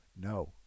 No